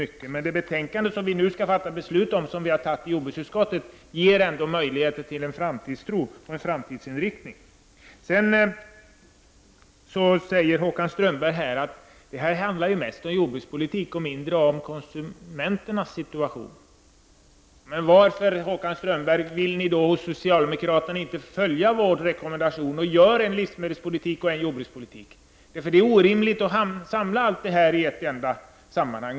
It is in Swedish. Det betänkande som har antagits i jordbruksutskottet som vi nu skall fatta beslut om ger ändå möjligheter till en framtidstro och en framtidsinriktning. Sedan sade Håkan Strömberg att det handlar mest om jordbrukspolitik och mindre om konsumenternas situation. Men varför vill ni socialdemokrater inte följa vår rekommendation att skilja på jordbrukspolitik och livsmedelspolitik? Det är orimligt att ta upp alla dessa frågor i ett sammanhang.